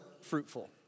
fruitful